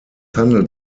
handelt